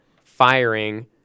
firing –